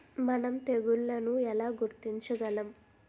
మనం తెగుళ్లను ఎలా గుర్తించగలం?